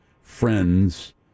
friends